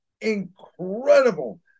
incredible